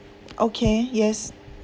okay yes